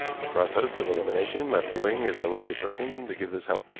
a process of elimination left ewing as the likely person to give this help.